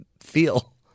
feel